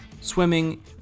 swimming